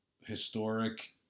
historic